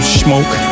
smoke